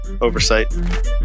oversight